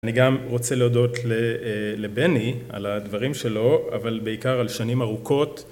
אני גם רוצה להודות לבני, על הדברים שלו, אבל בעיקר על שנים ארוכות